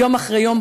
יום אחרי יום,